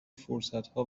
فرصتها